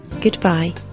Goodbye